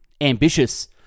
Ambitious